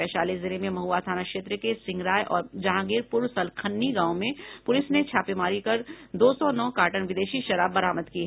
वैशाली जिले में महुआ थाना क्षेत्र के सिंहराय और जहांगीरपुर सलखन्नी गांव में पुलिस ने छापेमारी कर दो सौ नौ कार्टन विदेशी शराब बरामद की है